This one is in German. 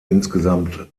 insgesamt